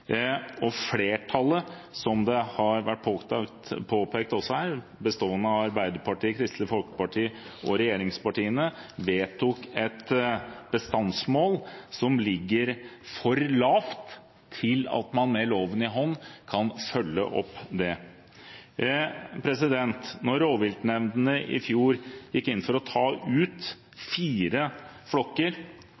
vedtok flertallet, bestående av Arbeiderpartiet, Kristelig Folkeparti og regjeringspartiene, et bestandsmål som ligger for lavt til at man med loven i hånd kan følge opp det. Da rovviltnemndene i fjor gikk inn for å ta ut